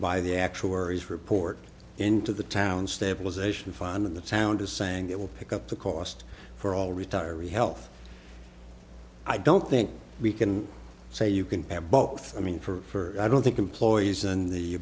by the actuaries report into the town stabilization fund and that sound is saying it will pick up the cost for all retiree health i don't think we can say you can have both i mean for i don't think employees and the